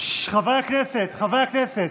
חברי הכנסת,